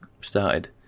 started